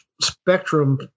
Spectrum